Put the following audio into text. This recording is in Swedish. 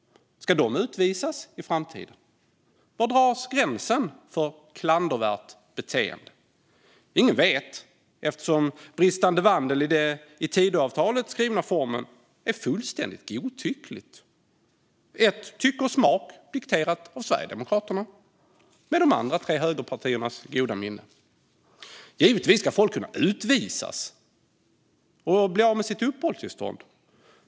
Ska de utvisas i framtiden? Var dras gränsen för ett klandervärt beteende? Ingen vet eftersom bristande vandel i den i Tidöavtalet skrivna formen är något fullständigt godtyckligt. Det är tycke och smak dikterat av Sverigedemokraterna med de andra tre högerpartiernas goda minne. Givetvis ska folk kunna utvisas och bli av med sitt uppehållstillstånd.